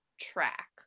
track